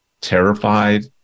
terrified